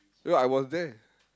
ya I was there